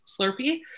slurpee